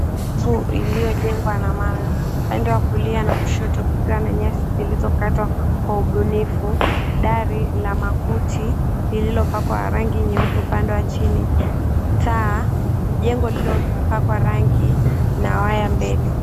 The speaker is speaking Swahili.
Jengo lililojengwa na mawe. Upande wa kushoto kuna nyasi zilizokatwa kwa ubunifu, dari la makuti lililopakwa rangi nyeupe upande wa chini, taa, jengo lililopakwa rangi na wire mbele.